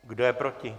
Kdo je proti?